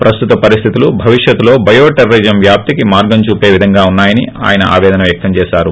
ప్రస్తుత పరిస్దితులు భవిష్యత్లో బయో టెర్రరిజం వ్యాప్తికి మార్గం చూపే విధంగా ఉన్నాయని ఆయన ఆపేదన వ్యక్తం చేశారు